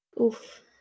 Oof